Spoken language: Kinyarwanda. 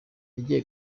yagiye